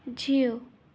जीउ